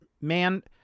man